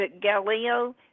Galileo